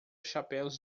chapéus